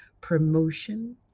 promotion